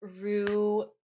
Rue